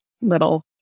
little